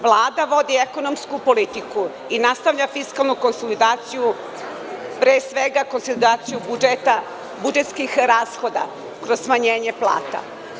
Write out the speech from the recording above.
Vlada vodi ekonomsku politiku i nastavlja fiskalnu konsolidaciju, pre svega konsolidaciju budžeta, budžetskih rashoda kroz smanjenje plata.